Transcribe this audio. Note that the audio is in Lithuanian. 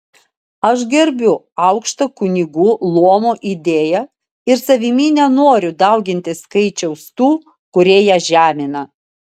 aš gerbiu aukštą kunigų luomo idėją ir savimi nenoriu dauginti skaičiaus tų kurie ją žemina